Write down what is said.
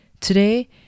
Today